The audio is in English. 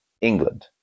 England